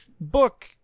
book